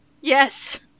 Yes